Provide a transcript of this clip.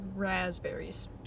Raspberries